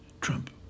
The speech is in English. Trump